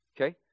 Okay